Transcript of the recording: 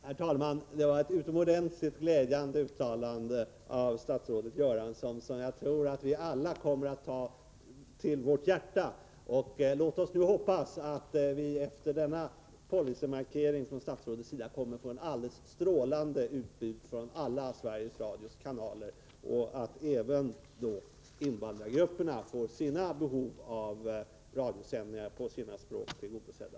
Herr talman! Det var ett utomordentligt glädjande uttalande av statsrådet Göransson, som jag tror att vi alla kommer att ta till våra hjärtan. Låt oss hoppas att vi efter denna policymarkering från statsrådet kommer att få ett alldeles strålande utbud från alla Sveriges Radios kanaler och att även invandrargrupperna får sina behov av radiosändningar på sina språk tillgodosedda.